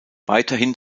weiterhin